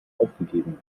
aufgegeben